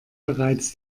bereits